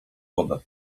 woda